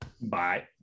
Bye